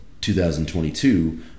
2022